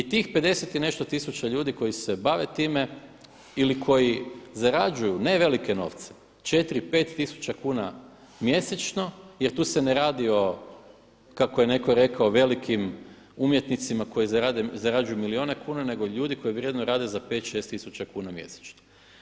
I tih 50 i nešto tisuća ljudi koji se bave time ili koji zarađuju ne velike novce, 4, 5 tisuća kuna mjesečno jer tu se ne radi o kako je netko rekao velikim umjetnicima koji zarađuju milijune kuna nego ljudi koji vrijedno rade za 5, 6 tisuća kuna mjesečno.